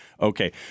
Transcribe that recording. Okay